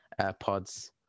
AirPods